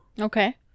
Okay